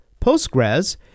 Postgres